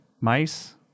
Mice